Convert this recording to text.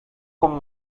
con